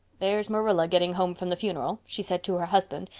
there's marilla getting home from the funeral, she said to her husband,